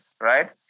right